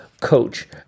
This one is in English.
coach